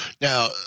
Now